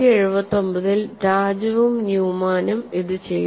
1979 ൽ രാജുവും ന്യൂമാനും ഇത് ചെയ്തു